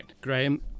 Graham